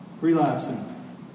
Relapsing